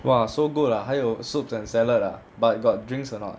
!wah! so good ah 还有 soups and salad ah but got drinks or not